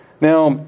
Now